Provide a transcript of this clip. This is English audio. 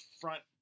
front